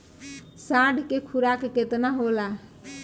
साढ़ के खुराक केतना होला?